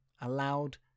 allowed